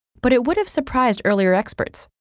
but it would have surprised earlier experts.